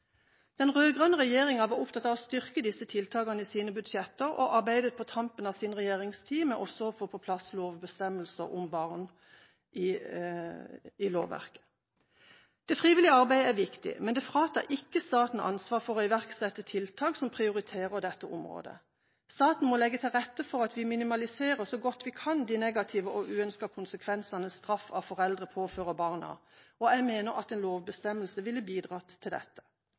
Den rød-grønne regjeringa var opptatt av å styrke disse tiltakene i sine budsjetter og arbeidet på tampen av sin regjeringstid med også å få på plass lovbestemmelser om barn i lovverket. Det frivillige arbeidet er viktig, men det fratar ikke staten ansvar for å iverksette tiltak som prioriterer dette området. Staten må legge til rette for at vi minimaliserer så godt vi kan de negative og uønskede konsekvensene straff av foreldre påfører barna, og jeg mener at en lovbestemmelse ville bidratt til dette.